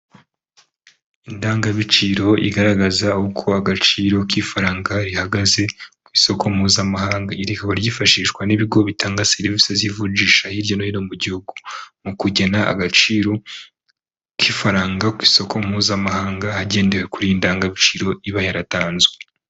Indangabiciro igaragaza uko agaciro k'ifaranga rihagaze ku isoko mpuzamahanga. Iri rikaba ryifashishwa n'ibigo bitanga serivise z'ivunjisha hirya no hino mu gihugu mu kugena agaciro k'ifaranga ku isoko mpuzamahanga hagendewe kuri iyi ndangabiciro iba yaratanzwe.